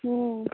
ହଁ